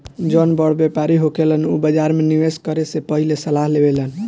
जौन बड़ व्यापारी होखेलन उ बाजार में निवेस करे से पहिले सलाह लेवेलन